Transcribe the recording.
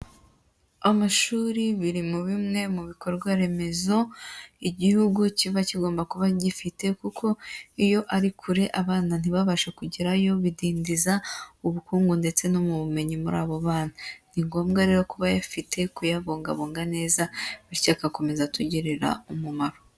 Amashuri biri muri bimwe mu bikorwa remezo igihugu kiba kigomba kuba gifite, kuko iyo ari kure abana ntibabashe kugerayo bidindiza ubukungu ndetse no mu bumenyi muri abo bana, ni ngombwa rero ku bayafite kuyabungabunga neza, bityo agakomeza atugirira umumaro.